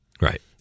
Right